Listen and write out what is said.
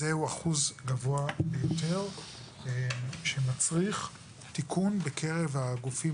זהו אחוז גבוה ביותר שמצריך תיקון בקרב הגופים